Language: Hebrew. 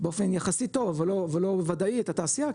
באופן יחסי טוב אבל לא וודאי את התעשייה,